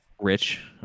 rich